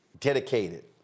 dedicated